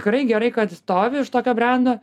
tikrai gerai kad stovi už tokio brendo